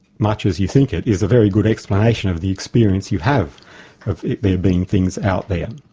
much as you think it, is a very good explanation of the experience you have of there being things out there.